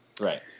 Right